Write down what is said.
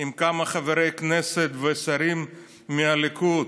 עם כמה חברי כנסת ושרים מהליכוד.